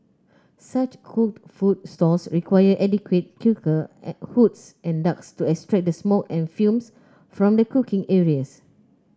such cooked food stalls require adequate cooker hoods and ducts to extract the smoke and fumes from the cooking areas